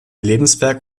lebenswerk